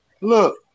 Look